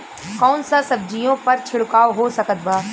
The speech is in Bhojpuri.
कौन सा सब्जियों पर छिड़काव हो सकत बा?